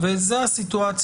וזה מהלך תקין.